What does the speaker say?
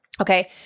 Okay